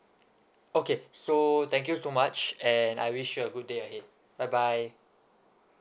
okay so thank you so much and I wish you a good day ahead bye bye